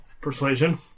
persuasion